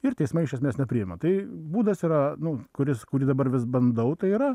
ir teismai iš esmės nepriima tai būdas yra nu kuris kurį dabar vis bandau tai yra